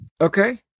Okay